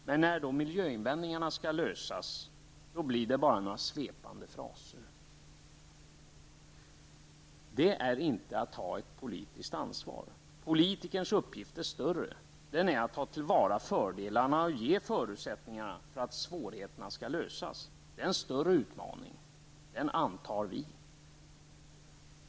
Men när detta med miljöinvändningarna skall lösas blir det bara några svepande fraser. Det är inte att ta ett politiskt ansvar. Politikernas uppgift är större. Politikernas uppgift är nämligen att ta till vara fördelarna och att åstadkomma förutsättningar för en lösning när det är svårt. Det är en större utmaning, och den antar vi.